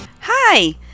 Hi